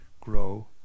grow